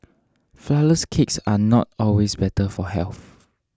Flourless Cakes are not always better for health